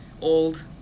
old